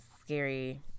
scary